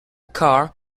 car